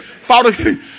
Father